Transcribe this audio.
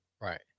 Right